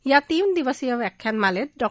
या तीनदिवसीय व्याख्यानमालेत डॉ